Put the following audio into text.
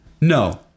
No